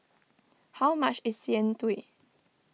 how much is Jian Dui